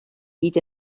hyd